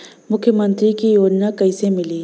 मुख्यमंत्री के योजना कइसे मिली?